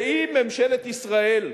ואם ממשלת ישראל,